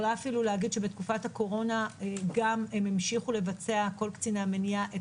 ובתקופת הקורונה גם המשיכו לבצע כל קציני המניעה את